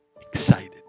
excited